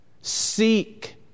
Seek